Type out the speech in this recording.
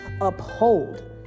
uphold